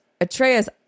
Atreus